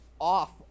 off